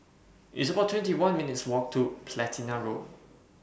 It's about two one minutes' Walk to Platina Road